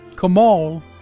Kamal